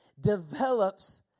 develops